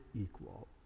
equal